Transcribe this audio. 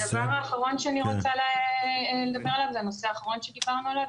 הדבר האחרון שאני רוצה לדבר עליו זה הנושא האחרון שדיברנו עליו.